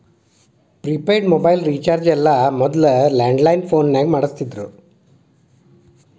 prepaid mobile recharge ಎಲ್ಲ ಮೊದ್ಲ landline phone ಮಾಡಸ್ತಿದ್ರು